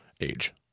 age